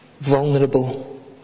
vulnerable